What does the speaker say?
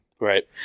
Right